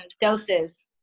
doses